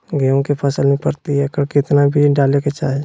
गेहूं के फसल में प्रति एकड़ कितना बीज डाले के चाहि?